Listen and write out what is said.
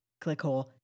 ClickHole